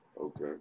Okay